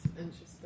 interesting